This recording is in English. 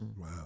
Wow